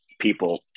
people